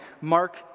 Mark